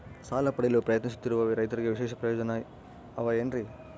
ಸಾಲ ಪಡೆಯಲು ಪ್ರಯತ್ನಿಸುತ್ತಿರುವ ರೈತರಿಗೆ ವಿಶೇಷ ಪ್ರಯೋಜನ ಅವ ಏನ್ರಿ?